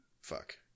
Fuck